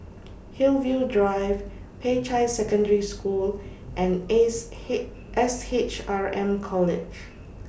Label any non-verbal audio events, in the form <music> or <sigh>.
Hillview Drive Peicai Secondary School and Ace <unintelligible> S H R M College